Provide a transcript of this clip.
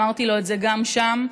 אמרתי לו את זה גם שם.